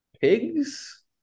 pigs